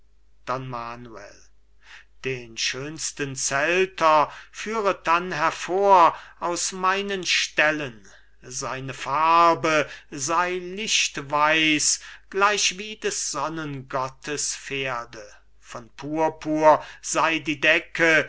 manuel den schönsten zelter führet dann hervor aus meinen ställen seine farbe sei lichtweiß gleichwie des sonnengottes pferde von purpur sei die decke